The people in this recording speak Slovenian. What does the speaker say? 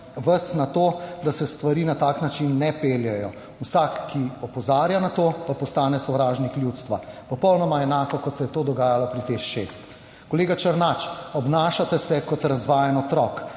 vas na to, da se stvari na tak način ne peljejo, vsak, ki opozarja na to, pa postane sovražnik ljudstva - popolnoma enako kot se je to dogajalo pri TEŠ 6. Kolega Černač, obnašate se kot razvajen otrok.